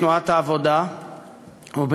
תנועת העבודה ומייסדיה,